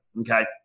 okay